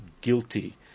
guilty